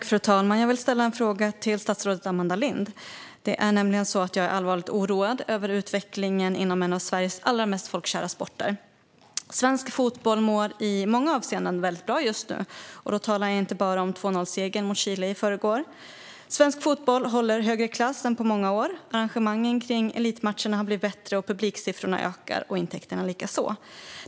Fru talman! Jag vill ställa en fråga till statsrådet Amanda Lind. Jag är nämligen allvarligt oroad över utvecklingen inom en av Sveriges mest folkkära sporter. Svensk fotboll mår i många avseenden väldigt bra just nu, och då talar jag inte bara om 2-0-segern mot Chile i förrgår. Svensk fotboll håller högre klass än på många år. Arrangemangen kring elitmatcherna har blivit bättre, publiksiffrorna ökar och intäkterna likaså.